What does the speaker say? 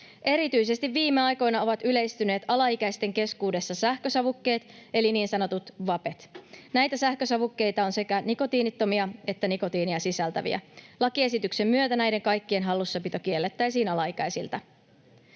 Erityisesti viime aikoina ovat yleistyneet alaikäisten keskuudessa sähkösavukkeet eli niin sanotut vapet. Näitä sähkösavukkeita on sekä nikotiinittomia että nikotiinia sisältäviä. Lakiesityksen myötä näiden kaikkien hallussapito kiellettäisiin alaikäisiltä.